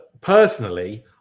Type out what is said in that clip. personally